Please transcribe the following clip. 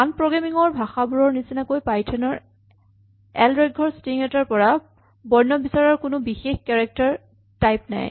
আন প্ৰগ্ৰেমিং ৰ ভাষাবোৰৰ নিচিনাকৈ পাইথন ৰ এক দৈৰ্ঘৰ ষ্ট্ৰিং এটাৰ পৰা বৰ্ণ বিচাৰাৰ কোনো বিশেষ কেৰেক্টাৰ টাইপ নাই